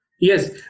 yes